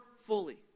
fully